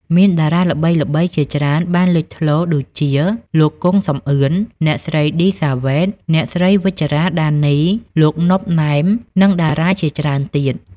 មានតារាល្បីៗជាច្រើនបានលេចធ្លោរដូចជាលោក គង់ សំអឿន អ្នកស្រី ឌី សាវ៉េត អ្នកស្រី វិជ្ជរ៉ា ដានី លោក ណុប ណែម និងតារាជាច្រើនទៀត។